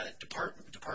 Department